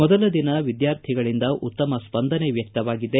ಮೊದಲ ದಿನ ವಿದ್ವಾರ್ಥಿಗಳಿಂದ ಉತ್ತಮ ಸ್ಪಂದನೆ ವ್ಯಕ್ತವಾಗಿದೆ